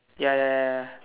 ya ya ya ya